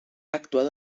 actuado